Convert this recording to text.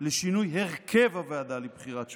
לשינוי הרכב הוועדה לבחירת שופטים.